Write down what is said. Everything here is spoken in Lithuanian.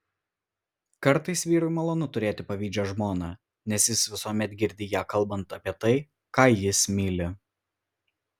kartais vyrui malonu turėti pavydžią žmoną nes jis visuomet girdi ją kalbant apie tai ką jis myli